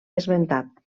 esmentat